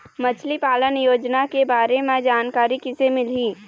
मछली पालन योजना के बारे म जानकारी किसे मिलही?